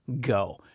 go